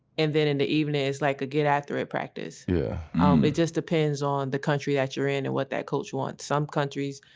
and then in the evening it's like a get after it practice. yeah um it just depends on the country that you're in and what that culture wants. some countries,